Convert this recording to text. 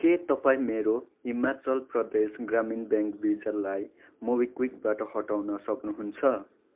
के तपाईँ मेरो हिमाचल प्रदेश ग्रामीण ब्याङ्क भिसालाई मोबिक्विकबाट हटाउन सक्नुहुन्छ